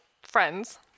friends